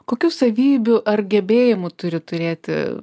kokių savybių ar gebėjimų turi turėti